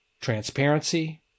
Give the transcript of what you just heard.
transparency